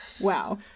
Wow